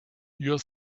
your